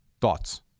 Thoughts